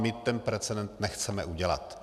My ten precedent nechceme udělat.